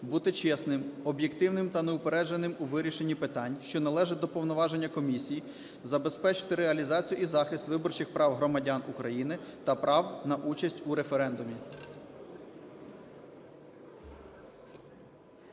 бути чесним, об'єктивним та неупередженим у вирішенні питань, що належать до повноважень Комісії, забезпечувати реалізацію і захист виборчих прав громадян України та права на участь у референдумі.